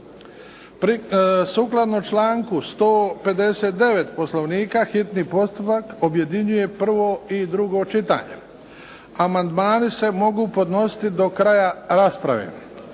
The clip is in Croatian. Sukladno članku 159. Poslovnika hitni postupak objedinjuje prvo i drugo čitanje. Amandmani se mogu podnositi do kraja rasprave.